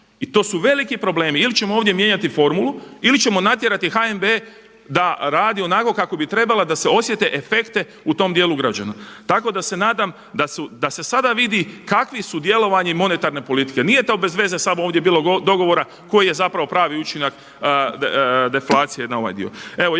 i to su veliki problemi. Ili ćemo ovdje mijenjati formulu ili ćemo natjerati HNB da radi onako kako bi trebala da se osjete efekte u tom dijelu ugrađeno. Tako da se nadam da se sada vidi kakvi su djelovanje monetarne politike, nije to bezveze samo ovdje bilo dogovora koji je pravi učinak deflacije na ovaj dio.